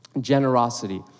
Generosity